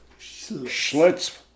Schlitz